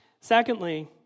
Secondly